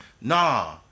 nah